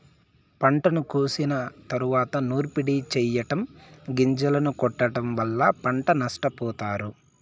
పంటను కోసిన తరువాత నూర్పిడి చెయ్యటం, గొంజలను కొట్టడం వల్ల పంట నష్టపోతారు